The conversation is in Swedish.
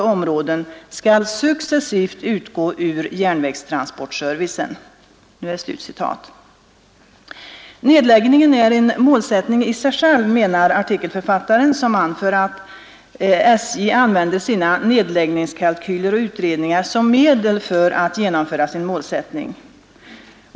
Nedläggningen är en målsättning i sig själv, menar artikelförfattaren, som anför att SJ använder sina nedläggningskalkyler och utredningar som medel för att genomföra sin målsättning.